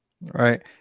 Right